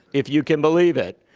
if you can believe it.